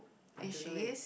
I don't do it